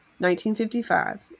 1955